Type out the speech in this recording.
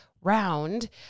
round